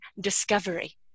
discovery